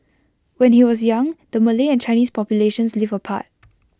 when he was young the Malay and Chinese populations lived apart